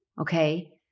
Okay